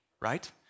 right